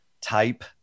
type